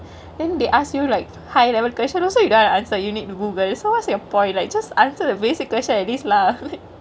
then they ask you like higher level question also you don't want to answer you need to Google so what is your point like just answer the basic question at least lah